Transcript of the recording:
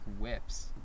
whips